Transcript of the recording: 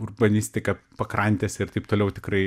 urbanistika pakrantėse ir taip toliau tikrai